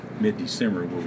mid-December